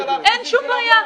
אין שום שבעיה.